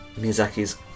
Miyazaki's